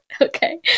Okay